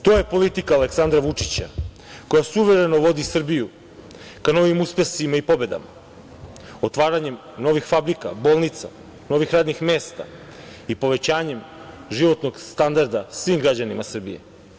To je politika Aleksandra Vučića, koja suvereno vodi Srbiju ka novim uspesima i pobedama otvaranjem novih fabrika, bolnica, novih radnih mesta i povećanjem životnog standarda svim građanima Srbije.